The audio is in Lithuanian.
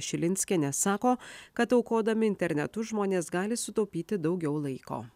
šilinskienė sako kad aukodami internetu žmonės gali sutaupyti daugiau laiko